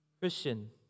Christian